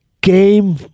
game